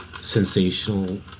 sensational